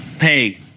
Hey